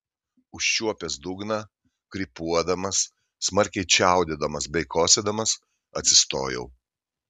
užčiuopęs dugną krypuodamas smarkiai čiaudėdamas bei kosėdamas atsistojau